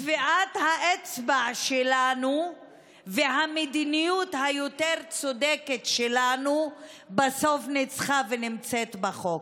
טביעת האצבע שלנו והמדיניות היותר-צודקת שלנו בסוף ניצחה ונמצאת בחוק.